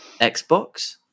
Xbox